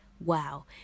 wow